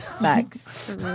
Max